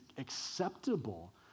acceptable